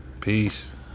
Peace